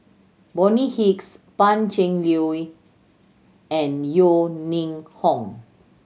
Bonny Hicks Pan Cheng Lui and Yeo Ning Hong